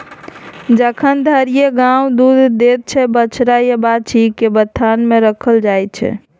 जखन धरि गाय दुध दैत छै बछ्छा या बाछी केँ बथान मे राखल जाइ छै